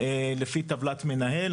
לפי טבלת מנהל.